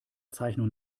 zeichnung